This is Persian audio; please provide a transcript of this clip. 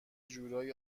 جورایی